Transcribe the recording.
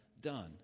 done